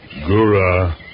Gura